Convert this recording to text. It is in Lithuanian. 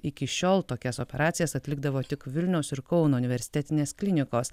iki šiol tokias operacijas atlikdavo tik vilniaus ir kauno universitetinės klinikos